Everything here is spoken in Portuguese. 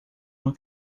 uma